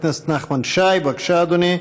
חבר הכנסת נחמן שי, בבקשה, אדוני.